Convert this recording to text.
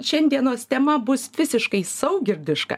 šiandienos tema bus visiškai saugirdiška